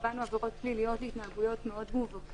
קבענו את העבירות הפליליות על התנהגויות מאוד מובהקות,